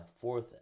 fourth